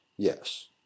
Yes